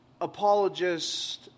apologists